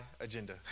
agenda